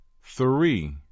three